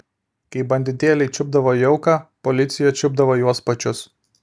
kai banditėliai čiupdavo jauką policija čiupdavo juos pačius